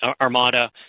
Armada